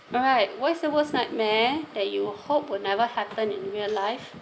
alright what's the worst nightmare that you hope will never happen in real life